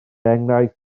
enghraifft